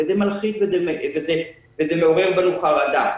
וזה מלחיץ ומעורר בנו חרדה.